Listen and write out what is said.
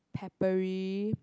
peppery